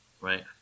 right